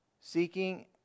seeking